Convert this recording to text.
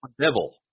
devil